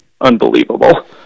unbelievable